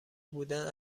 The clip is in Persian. بودن